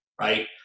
right